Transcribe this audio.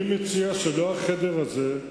אני מציע שלא החדר הזה,